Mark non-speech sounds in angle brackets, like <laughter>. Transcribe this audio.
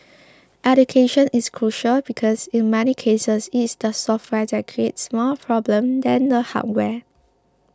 <noise> education is crucial because in many cases it is the software that creates more problems than the hardware